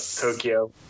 Tokyo